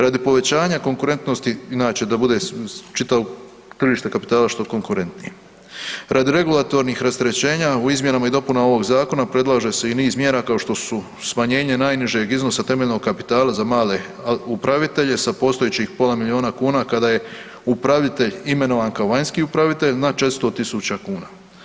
Radi povećanja konkurentnosti inače da bude čitavo tržište kapitala što konkurentnijim, radi regulatornih rasterećenja u izmjenama i dopunama ovog zakona predlaže se i niz mjera kao što su smanjenje najnižeg iznosa temeljnog kapitala za male upravitelje sa postojećih pola milijuna kuna kada je upravitelj imenovan kao vanjski upravitelj na 400.000 kuna.